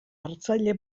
hartzaile